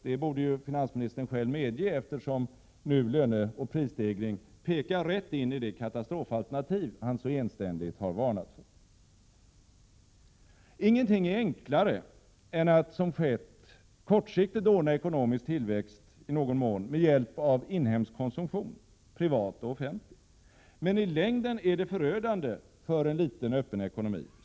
Detta borde finansministern själv medge, eftersom löneoch prisstegringarna nu pekar rätt in i det katastrofalternativ som han så enständigt har varnat för. Ingenting är enklare än att, som skett, kortsiktigt i någon mån ordna ekonomisk tillväxt med hjälp av inhemsk konsumtion, privat och offentlig. Men i längden är detta förödande för en liten öppen ekonomi.